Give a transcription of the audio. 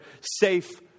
safe